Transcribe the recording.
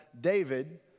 David